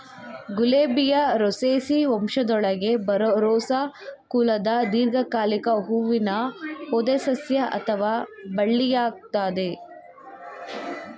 ಗುಲಾಬಿಯು Rosaceae ವಂಶದೊಳಗೆ ಬರೋ Rosa ಕುಲದ ದೀರ್ಘಕಾಲಿಕ ಹೂವಿನ ಪೊದೆಸಸ್ಯ ಅಥವಾ ಬಳ್ಳಿಯಾಗಯ್ತೆ